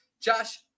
Josh